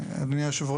עסקים.